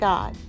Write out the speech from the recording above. God